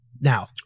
Now